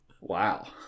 Wow